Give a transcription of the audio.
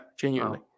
genuinely